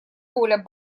воля